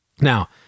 Now